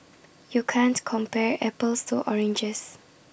you can't compare apples to oranges